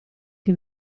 che